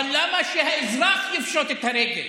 אבל למה שהאזרח יפשוט את הרגל?